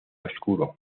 oscuro